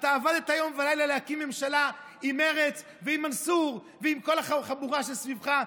אתה עבדת יום ולילה להקים ממשלה עם מרצ ועם מנסור ועם כל החבורה שסביבך,